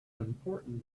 important